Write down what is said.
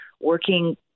working